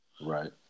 Right